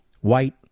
white